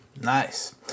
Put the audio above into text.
Nice